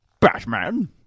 Batman